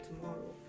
tomorrow